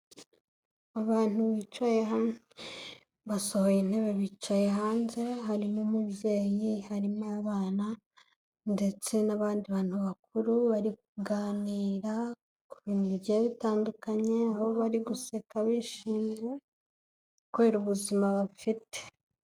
Abantu bicaye hano, basohoye intebe bicaye hanze; harimo umubyeyi harimo abana ndetse n'abandi bantu bakuru bari kuganira ku bintu bitandukanye aho bari guseka bishimye kubera ubuzima bafite.